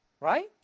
right